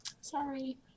sorry